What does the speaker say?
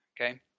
Okay